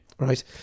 Right